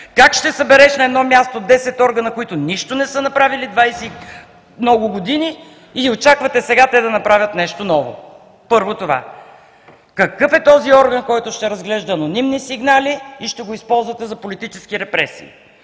Как ще събереш на едно място 10 органа, които нищо не са направили много години, и очаквате сега те да направят нещо ново?! Първо това. Какъв е този орган, който ще разглежда анонимни сигнали и ще го използвате за политически репресии?